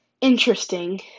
interesting